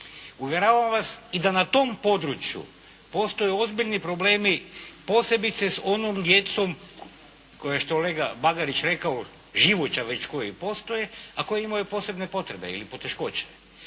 uvjeravam vas i da na tom području postoje ozbiljni problemi, posebice s onom djecom, kao što je kolega Bagarić rekao živuća, već koja i postoje, a koja imaju posebne potrebe ili poteškoće.